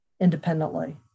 independently